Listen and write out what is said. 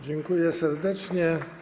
Dziękuję serdecznie.